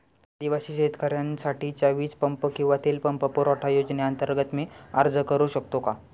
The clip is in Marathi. आदिवासी शेतकऱ्यांसाठीच्या वीज पंप किंवा तेल पंप पुरवठा योजनेअंतर्गत मी अर्ज करू शकतो का?